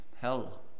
Hell